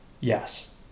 Yes